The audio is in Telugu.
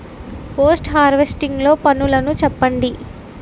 పోస్ట్ హార్వెస్టింగ్ లో పనులను చెప్పండి?